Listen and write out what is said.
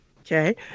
Okay